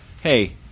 hey